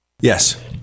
Yes